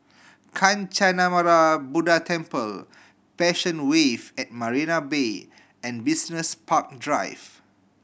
Kancanarama Buddha Temple Passion Wave at Marina Bay and Business Park Drive